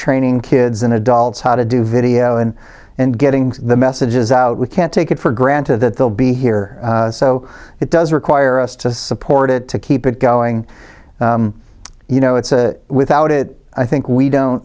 training kids and adults how to do video and and getting the messages out we can't take it for granted that they'll be here so it does require us to support it to keep it going you know it's without it i think we don't